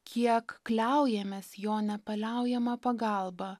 kiek kliaujamės jo nepaliaujama pagalba